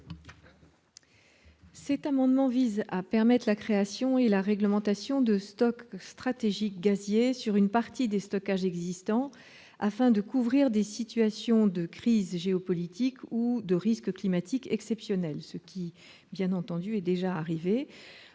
Cet amendement vise à permettre la création et la réglementation de stocks stratégiques gaziers sur une partie des stockages existants, afin de couvrir des situations de crise géopolitique ou de risque climatique exceptionnel, risque qui s'est déjà réalisé.